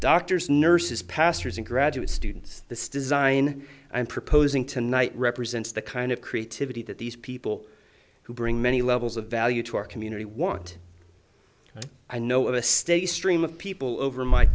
doctors nurses pastors and graduate students the still design i'm proposing tonight represents the kind of creativity that these people who bring many levels of value to our community want i know a steady stream of people over my